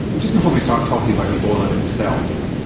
just before we start talking about ebola itself,